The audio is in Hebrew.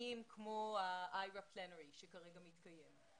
אירועים כמו האיירה פלנרי שכרגע מתקיים.